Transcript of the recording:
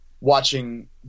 watching